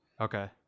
Okay